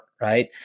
right